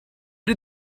did